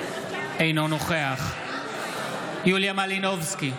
אינו נוכח יוליה מלינובסקי,